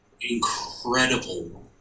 incredible